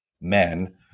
men